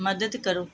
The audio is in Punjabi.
ਮਦਦ ਕਰੋ